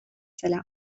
zela